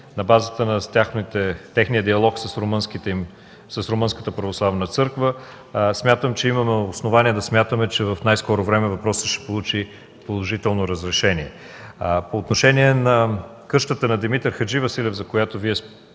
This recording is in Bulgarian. на базата на техния диалог с Румънската православна църква. Имаме основание да смятаме, че в най-скоро време въпросът ще получи положително разрешение. По отношение на къщата на Димитър Хадживасилев, за която Вие споменахте,